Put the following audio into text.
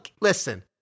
listen